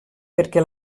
perquè